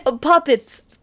puppets